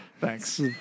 Thanks